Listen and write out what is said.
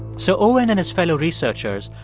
so owen and his fellow researchers,